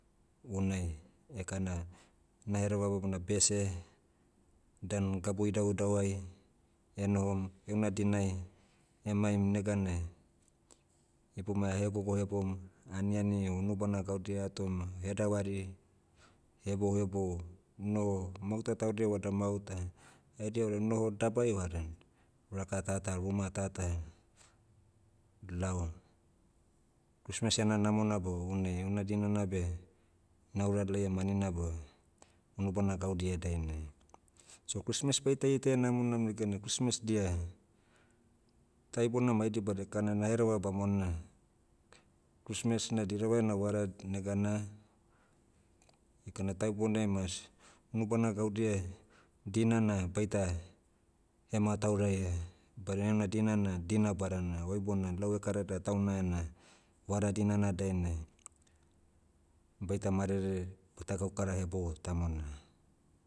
Unai. Ekana, nahereva bamona bese, danu gabu idauidau ai, enohom, heuna dinai, emaim neganai, ibomai ahegogo hebom, aniani o unubana gaudia atom ma hedavari, hebouhebou, noho. Mauta taudia vada mauta. Haidia vada noho dabai vaden, raka tata ruma tata, lao. Christmas ena namona beh unei. Una dinana beh, naura laiam anina beh, unubana gaudia dainai. So christmas baita itaia namonam neganai christmas dia, ta ibona mai dibada ekana nahereva bamona, christmas na dirava ena vara negana, ekana ita ibounai mas, unubana gaudia, dinana baita, hematauraia, badina ena dina na dina badana. Oi bona lau ekarada tauna ena, vara dinana dainai, baita marere, baita gaukara hebou tamona.